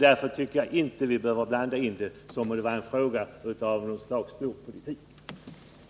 Därför tycker jag inte att vi skall betrakta detta som ett slags storpolitisk fråga.